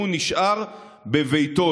אם הוא נשאר בביתו.